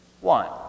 One